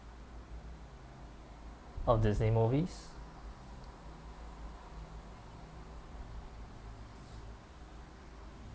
of disney movies